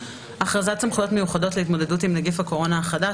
הכרזת סמכויות מיוחדות להתמודדות עם נגיף הקורונה החדש